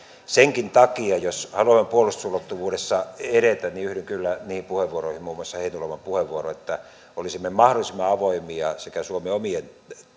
senkin takia jos haluamme puolustusulottuvuudessa edetä yhdyn kyllä niihin puheenvuoroihin muun muassa heinäluoman puheenvuoroon että olisimme mahdollisimman avoimia sekä suomen omien